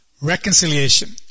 reconciliation